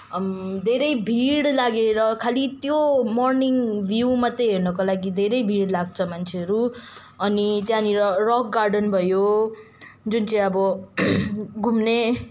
धेरै भिड लागेर खालि त्यो मर्निङ भ्यू मात्रै हेर्नको लागि धेरै भिड लाग्छ मान्छेहरू अनि त्यहाँनिर रक गार्डन भयो जुन चाहिँ अब घुम्ने